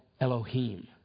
Elohim